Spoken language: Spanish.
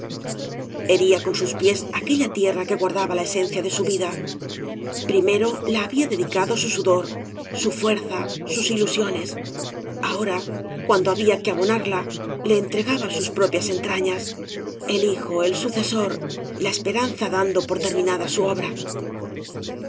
hería con sus pies aquella tierra que guardaba la esencia de su vida primero la había dedicado bu sudor bu fuerza sus ilusiones ahora cuando había que abonarla la entregaba sus propías entrañas el hijo el sucesor la esperanza dando por terminada su obra